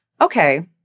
okay